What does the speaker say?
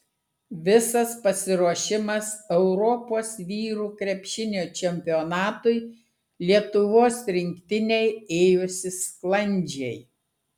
visas pasiruošimas europos vyrų krepšinio čempionatui lietuvos rinktinei ėjosi sklandžiai